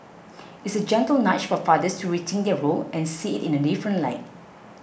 it's a gentle nudge for fathers to rethink their role and see it in a different light